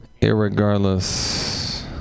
irregardless